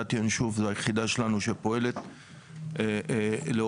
יחידת ינשוף זו היחידה שלנו שפועלת לאורך,